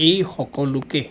এই সকলোকে